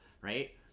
right